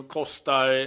kostar